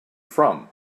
from